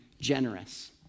generous